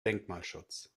denkmalschutz